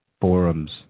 forums